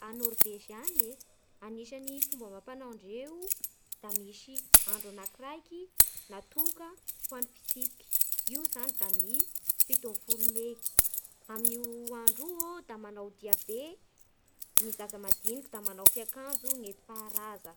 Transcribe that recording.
A Norvezy any anisany fomba amampanao ndreo da misy andro anakiraiky natoka ho an'ny fitsipiky, io zany da ny fito ambin'ny folo may Amin'io andro io da manao dia be ny zaza madiniky da fiakanjo nentim-paharaza